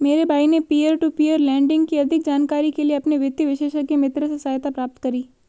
मेरे भाई ने पियर टू पियर लेंडिंग की अधिक जानकारी के लिए अपने वित्तीय विशेषज्ञ मित्र से सहायता प्राप्त करी